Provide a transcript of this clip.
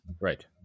Right